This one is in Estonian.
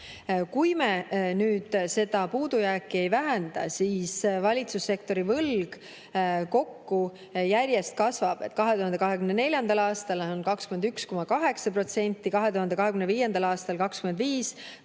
Kui me nüüd seda puudujääki ei vähenda, siis valitsussektori võlg kokku järjest kasvab. 2024. aastal on see 21,8%, 2025. aastal 25%,